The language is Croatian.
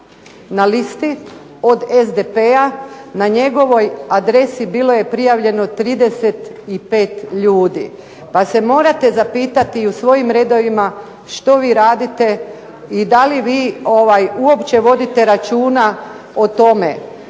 na listi od SDP-a, na njegovoj adresi bilo je prijavljeno 35 ljudi, pa se morate zapitati i u svojim redovima što vi radite i da li vi uopće vodite računa o tome.